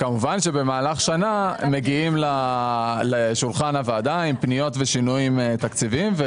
כמובן שבמהלך השנה מגיעים לשולחן הוועדה עם פניות ושינויים תקציביים.